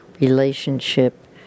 relationship